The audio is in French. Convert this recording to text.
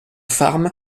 farm